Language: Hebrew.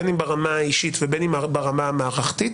בין אם ברמה האישית ובין אם ברמה המערכתית,